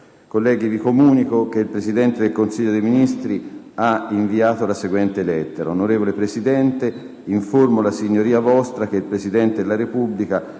colleghi, comunico che il Presidente del Consiglio dei ministri ha inviato la seguente lettera: